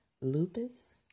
Lupus